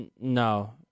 no